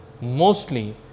mostly